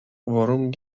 worum